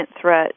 threat